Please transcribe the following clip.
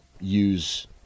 use